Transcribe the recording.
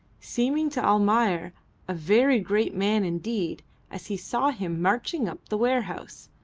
seeming to almayer a very great man indeed as he saw him marching up the warehouse,